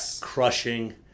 crushing